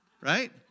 right